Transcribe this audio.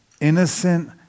innocent